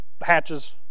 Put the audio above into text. hatches